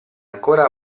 ancora